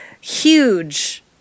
huge